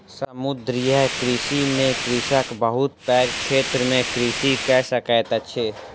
समुद्रीय कृषि में कृषक बहुत पैघ क्षेत्र में कृषि कय सकैत अछि